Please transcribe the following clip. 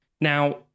Now